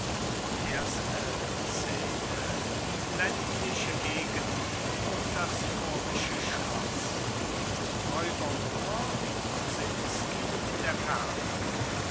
erste scene ländliche gegend um das moorische schloß räuber moor kosinsky in der ferne